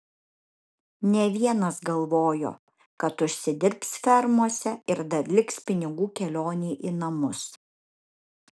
ne vienas galvojo kad užsidirbs fermose ir dar liks pinigų kelionei į namus